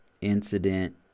incident